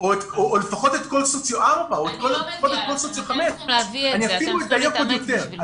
או לפחות את כל סוציו 4 או סוציו 5. אני אפילו אדייק עוד יותר.